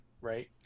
right